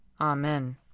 Amen